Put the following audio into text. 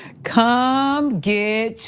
come um get